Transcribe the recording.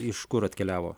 iš kur atkeliavo